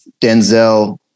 Denzel